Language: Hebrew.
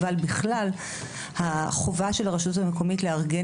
אבל בכלל החובה של הרשות המקומית לארגן